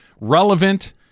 relevant